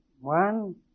One